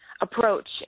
approach